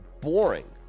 boring